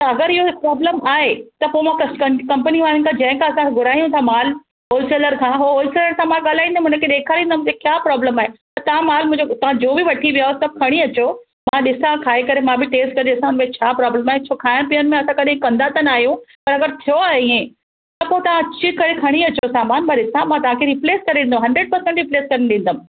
त अगरि इहो प्राबलम आहे त मां कम्पनियुनि वारनि खां जैंखां असां घुरायूं था माल होलसेलर खां हुन होलसेलर सां मां ॻाल्हाईंदमि हुनखे ॾेखारींदमि कि छा प्राबलम आहे त तां माल मुंजो जो बि माल वठी वया आयो त खणी अचजो मां ॾिसां खाई करे मां बि टेस्ट करे ॾिसां भई छा प्राबलम आहे छो खाइणु पीअणु में असां कॾी कंदा त न आयूं पर अगरि थियो आहे इअं त पो तां अची करे खणी अचो सामानु मां ॾिसां मां तांखे रिप्लेस करे ॾींदमि हंड्रेड पर्सेंट रिप्लेस करे ॾींदमि